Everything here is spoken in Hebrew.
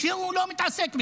שהוא לא מתעסק בזה,